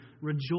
rejoice